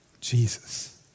Jesus